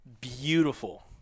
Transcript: beautiful